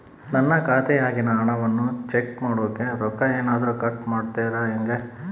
ನನ್ನ ಖಾತೆಯಾಗಿನ ಹಣವನ್ನು ಚೆಕ್ ಮಾಡೋಕೆ ರೊಕ್ಕ ಏನಾದರೂ ಕಟ್ ಮಾಡುತ್ತೇರಾ ಹೆಂಗೆ?